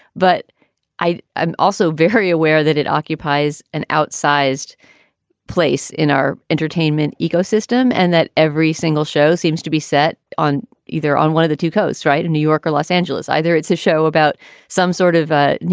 but i am also very aware that it occupies an outsized place in our entertainment ecosystem and that every single show seems to be set on either on one of the two coasts right. in new york or los angeles, either. it's a show about some sort of, ah you